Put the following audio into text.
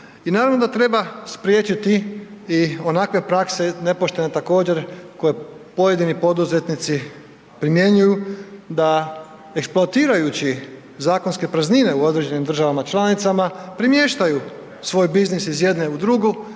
I naravno da treba spriječiti i onakve prakse nepoštene također koje pojedini poduzetnici primjenjuju da eksploatirajući zakonske praznine u određenim državama članicama premještaju svoj biznis iz jedne u drugu